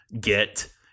get